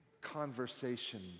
conversation